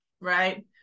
right